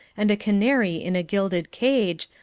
and a canary in a gilded cage,